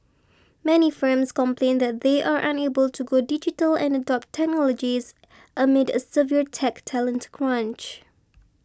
many firms complain that they are unable to go digital and adopt technologies amid a severe tech talent crunch